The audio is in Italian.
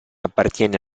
appartiene